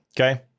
okay